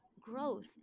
growth